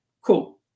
Cool